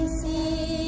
see